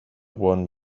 one